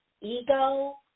ego